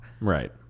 right